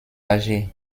âgée